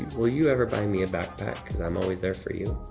will you ever buy me a backpack because i'm always there for you?